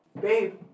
babe